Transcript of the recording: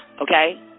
okay